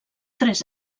tres